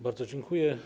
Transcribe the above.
Bardzo dziękuję.